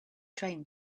train